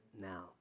now